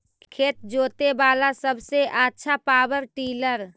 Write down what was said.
खेत जोते बाला सबसे आछा पॉवर टिलर?